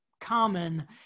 common